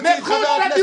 כי את רוקדת על הדם שלהן.